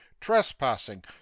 trespassing